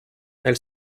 elle